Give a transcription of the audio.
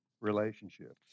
relationships